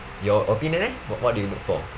your opinion eh what what do you look for